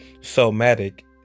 Somatic